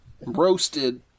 Roasted